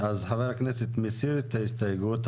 אז חבר הכנסת מסיר את ההסתייגות,